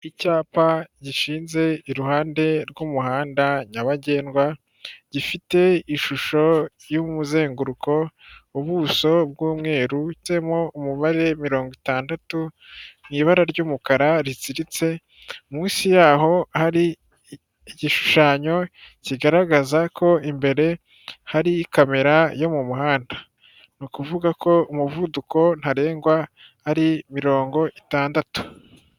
Icyapa gishinze iruhande rw'umuhanda nyabagendwa, gifite ishusho y'umuzenguruko ubuso bw'umweru handitsemo umubare mirongo itandatu mu ibara ry'umukara ritsiritse munsi yaho hari igishushanyo kigaragaza ko imbere hari kamera yo mu muhanda ni ukuvuga ko umuvuduko ntarengwa ari mirongo itandatu.